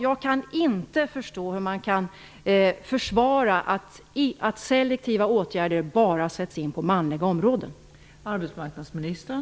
Jag kan inte förstå hur man kan försvara att selektiva åtgärder bara sätts in på manliga områden.